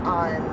on